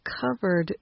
covered